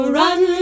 run